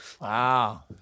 Wow